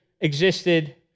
existed